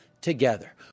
together